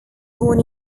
born